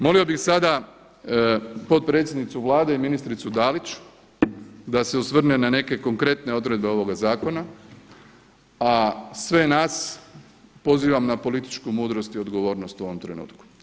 Molio bih sada potpredsjednicu Vlade i ministricu Dalić da se osvrne na neke konkretne odredbe ovoga zakona, a sve nas pozivam na političku mudrost i odgovornost u ovom trenutku.